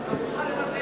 בשביל מה?